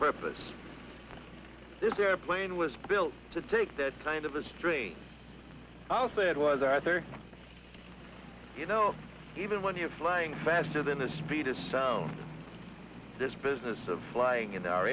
purpose this airplane was built to take that kind of history i'll say it was arthur you know even when you're flying faster than the speed of sound this business of flying in our